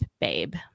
babe